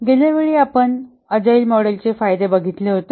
गेल्या वेळी आपण अजाईल मॉडेलचे फायदे बघितले होते